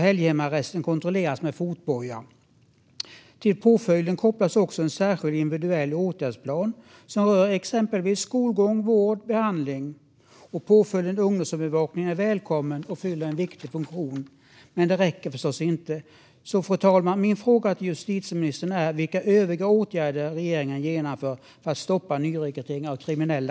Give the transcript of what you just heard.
Helghemarresten kontrolleras med fotboja. Till påföljden kopplas också en särskild individuell åtgärdsplan som rör exempelvis skolgång, vård och behandling. Påföljden ungdomsövervakning är välkommen och fyller en viktig funktion. Men det räcker förstås inte. Fru talman! Min fråga till justitieministern är: Vilka övriga åtgärder genomför regeringen för att stoppa nyrekrytering av kriminella?